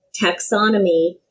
Taxonomy